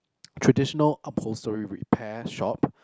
traditional upholstery repair shop